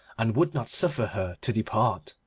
and would not suffer her to depart.